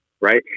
right